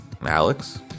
Alex